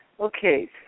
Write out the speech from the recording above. Okay